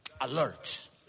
Alert